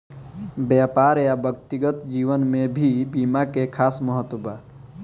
व्यापार आ व्यक्तिगत जीवन में भी बीमा के खास महत्व बा